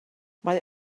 mae